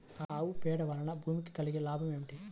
ఆవు పేడ వలన భూమికి కలిగిన లాభం ఏమిటి?